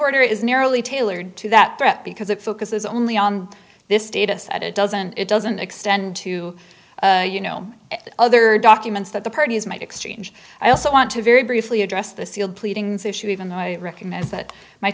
order is narrowly tailored to that threat because it focuses only on this data set it doesn't it doesn't extend to you know other documents that the parties might exchange i also want to very briefly address the sealed pleadings issue even though i recognize that my